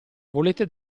volete